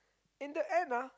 in the end ah